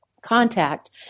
contact